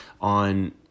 on